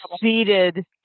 seated